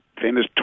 famous